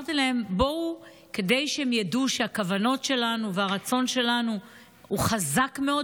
ואמרתי להם: כדי שהם ידעו שהכוונות שלנו והרצון שלנו הוא חזק מאוד,